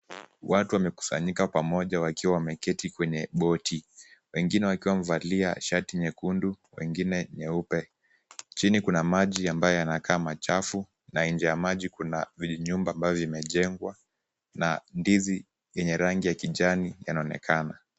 Watu wamekusanyika pamoja wakiwa wameketi kwenye boti , wengine wakiwa wamevalia shati nyekundu, wengine nyeupe. Chini kuna maji ambayo yanakaa machafu na nje ya maji kuna vijinyumba ambavyo vimejengwa na ndizi yenye rangi ya kijani yanaonekana.